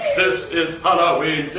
this is halloween,